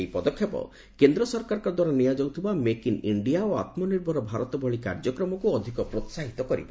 ଏହି ପଦକ୍ଷେପ କେନ୍ଦ୍ର ସରକାରଙ୍କଦ୍ୱାରା ନିଆଯାଉଥିବା ମେକ୍ ଇନ୍ ଇଷ୍ଠିଆ ଓ ଆତ୍କନିର୍ଭର ଭାରତ ଭଳି କାର୍ଯ୍ୟକ୍ରମକୁ ଅଧିକ ପ୍ରୋସାହିତ କରିବ